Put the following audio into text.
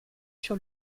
sur